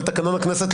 על תקנון הכנסת,